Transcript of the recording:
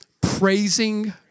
praising